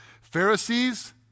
Pharisees